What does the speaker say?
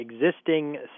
existing